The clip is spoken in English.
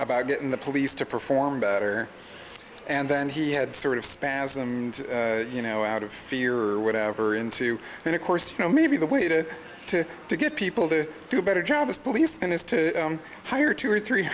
about getting the police to perform better and then he had sort of spasm and you know out of fear or whatever into and of course you know maybe the way to to to get people to do a better job is police and is to hire two or three